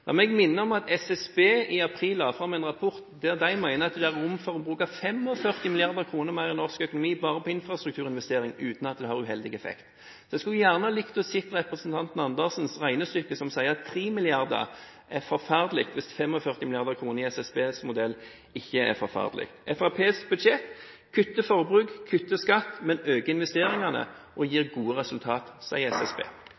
La meg minne om at SSB i april la fram en rapport der de mener at det er rom for å bruke 45 mrd. kr mer i norsk økonomi bare på infrastrukturinvesteringer, uten at det har uheldig effekt. Jeg skulle gjerne ha likt å se representanten Andersens regnestykke, som sier at 3 mrd. kr er forferdelig hvis 45 mrd. kr i SSBs modell ikke er forferdelig. Fremskrittspartiets budsjett vil kutte forbruk, kutte skatt, men øke investeringene.